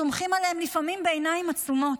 סומכים עליהם לפעמים בעיניים עצומות.